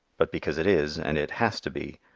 but because it is, and it has to be,